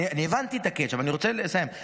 הבנתי את הקאץ', אבל אני רוצה לסיים.